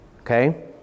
okay